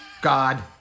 God